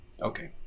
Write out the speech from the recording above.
okay